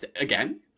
Again